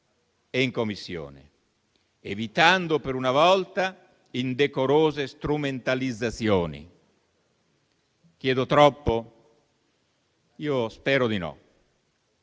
e in Commissione, evitando per una volta indecorose strumentalizzazioni. Chiedo troppo? Io spero di no.